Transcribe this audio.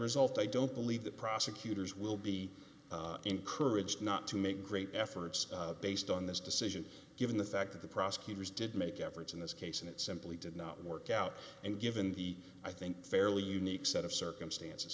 result i don't believe that prosecutors will be encouraged not to make great efforts based on this decision given the fact that the prosecutors did make efforts in this case and it simply did not work out and given the i think fairly unique set of circumstances